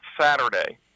Saturday